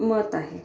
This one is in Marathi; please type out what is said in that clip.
मत आहे